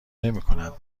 نمیکند